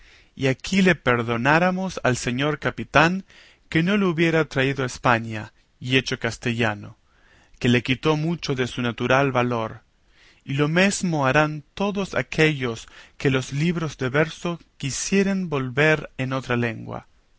y aquí le perdonáramos al señor capitán que no le hubiera traído a españa y hecho castellano que le quitó mucho de su natural valor y lo mesmo harán todos aquellos que los libros de verso quisieren volver en otra lengua